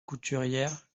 couturière